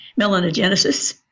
melanogenesis